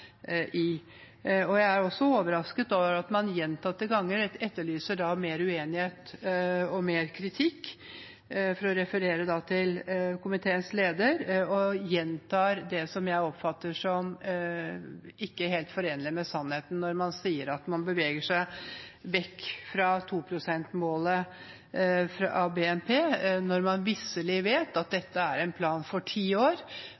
seg i. Jeg er også overrasket over at man gjentatte ganger etterlyser mer uenighet og mer kritikk – for å referere til komiteens leder – og gjentar det jeg oppfatter som ikke helt forenlig med sannheten, når man sier at man beveger seg vekk fra 2-prosentmålet av BNP, når man visselig vet at dette er en plan for ti år,